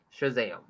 Shazam